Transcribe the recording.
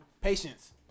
Patience